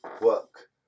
work